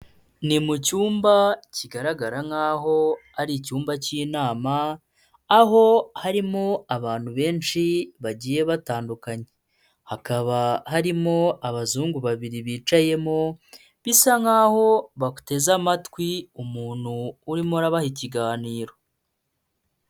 Ni mu cyumba kigaragara nkaho ari icyumba cy'inama, aho harimo abantu benshi bagiye batandukanye. Hakaba harimo abazungu babiri bicayemo, bisa nkaho bateze amatwi umuntu urimo arabaha ikiganiro.